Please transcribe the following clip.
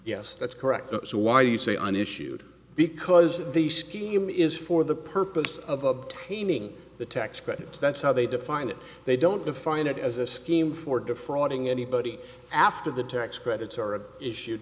yes that's correct so why do you say on issued because the scheme is for the purpose of obtaining the tax credits that's how they define it they don't define it as a scheme for defrauding anybody after the tax credits are issue